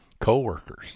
coworkers